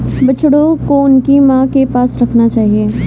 बछड़ों को उनकी मां के पास रखना चाहिए